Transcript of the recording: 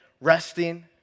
resting